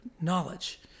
knowledge